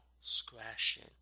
scratching